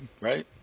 right